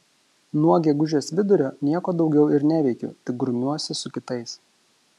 nuo gegužės vidurio nieko daugiau ir neveikiu tik grumiuosi su kitais